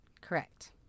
Correct